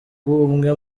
umwe